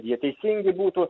jie teisingi būtų